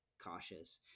cautious